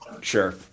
sure